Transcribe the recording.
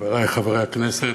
חברי חברי הכנסת,